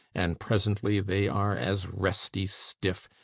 and presently they are as resty stiff,